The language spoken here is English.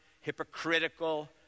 hypocritical